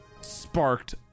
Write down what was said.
sparked